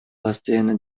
постоянно